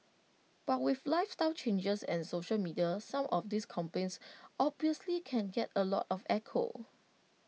but with lifestyle changes and social media some of these complaints obviously can get A lot of echo